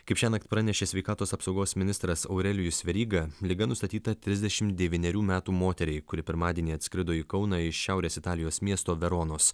kaip šiąnakt pranešė sveikatos apsaugos ministras aurelijus veryga liga nustatyta trisdešimt devynerių metų moteriai kuri pirmadienį atskrido į kauną iš šiaurės italijos miesto veronos